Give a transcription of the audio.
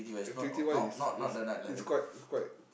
activity wise is is is quite is quite